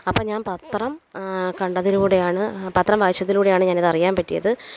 അപ്പം ഞാൻ പത്രം കണ്ടതിലൂടെയാണ് പത്രം വായിച്ചതിലൂടെയാണ് ഞാനിതറിയാൻ പറ്റിയത്